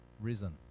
risen